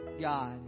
God